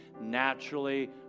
naturally